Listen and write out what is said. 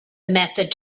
method